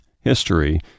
history